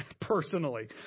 personally